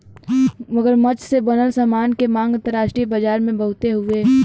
मगरमच्छ से बनल सामान के मांग अंतरराष्ट्रीय बाजार में बहुते हउवे